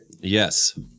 Yes